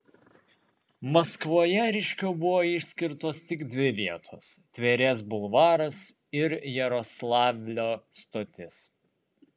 maskvoje ryškiau buvo išskirtos tik dvi vietos tverės bulvaras ir jaroslavlio stotis